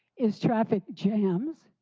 is traffic jams.